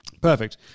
perfect